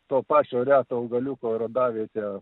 to pačio reto augaliuko radavietę